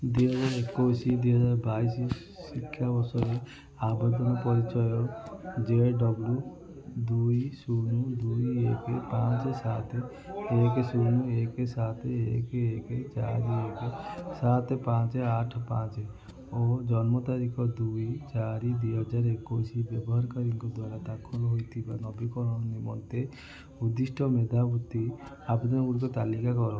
ଦଇ ହଜାର ଏକୋଇଶ ଦୁଇହଜାର ବାଇଶ ଶିକ୍ଷାବର୍ଷରେ ଆବେଦନ ପରିଚୟ ଜେ ଡବ୍ଲୁ ଦୁଇ ଶୂନ ଦୁଇ ଏକେ ପାଞ୍ଚ ସାତେ ଏକ ଶୂନ ଏକେ ସାତ ଏକ ଏକ ଚାରି ଏକ ସାତ ପାଞ୍ଚ ଆଠ ପାଞ୍ଚ ଓ ଜନ୍ମ ତାରିଖ ଦୁଇ ଚାରି ଦୁଇ ହଜାର ଏକୋଇଶ ବ୍ୟବହାରକାରୀଙ୍କ ଦ୍ଵାରା ଦାଖଲ ହୋଇଥିବା ନବୀକରଣ ନିମନ୍ତେ ଉଦ୍ଦିଷ୍ଟ ମେଧାବୃତ୍ତି ଆବେଦନଗୁଡ଼ିକ ତାଲିକା କର